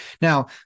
Now